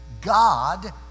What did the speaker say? God